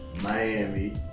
Miami